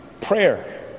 Prayer